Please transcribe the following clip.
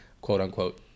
quote-unquote